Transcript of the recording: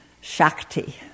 Shakti